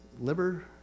liver